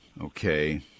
Okay